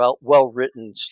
well-written